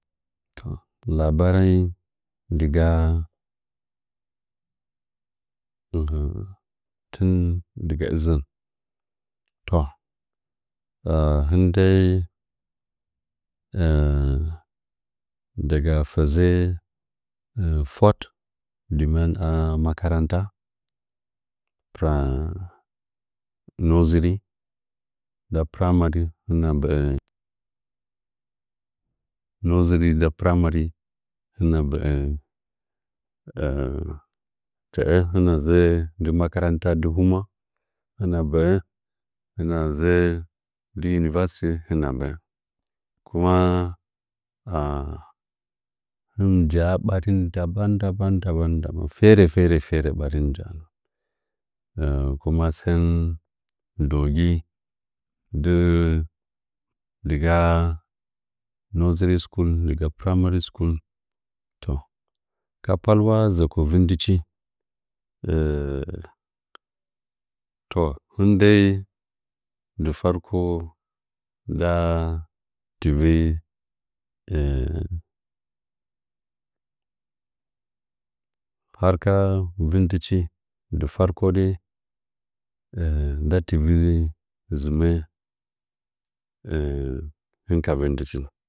To labarai ‘’dega ’a nggitin dig tzɚn’’ to hɨn dai daga fezɚ fwaɗ dɨmɚɚn a makaranta ka nursary nda primary nersay nda primary hɨna mgbɚɚ hɨna mgbɚɚ tɚɚ hɨna dzɨ di makaranta hɨna mgbɚɚ university hɨna mgbɚɚ kuma aen hɨn mɨ jaa ɓarih dabang dabang fere fere fere ɓarin ja’anɚ kuma sɚu ndɚwogin nyi diga nursary school diga primary school to ka alwa zoko uɨndiai to hindai ndɨ farko nda tɨvi harka vindɨchi farkor dei nda tivi zɨmɚ hɨn ka vin ndɨchi